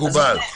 מקובל.